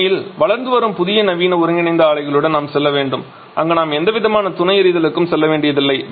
உண்மையில் வளர்ந்து வரும் புதிய நவீன ஒருங்கிணைந்த ஆலைளுடன் நாம் சொல்ல வேண்டும் அங்கு நாம் எந்தவிதமான துணை எரிதலுக்கும் செல்ல வேண்டியதில்லை